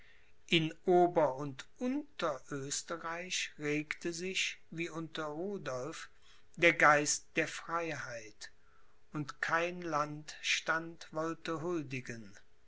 in ober und unterösterreich regte sich wie unter rudolph der geist der freiheit und kein landstand wollte huldigen